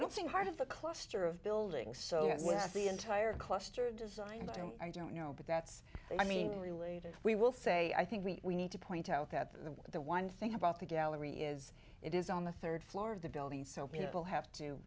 don't think part of the cluster of buildings so it was the entire cluster design don't i don't know but that's i mean related we will say i think we need to point out that the the one thing about the gallery is it is on the third floor of the building so people have to